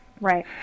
Right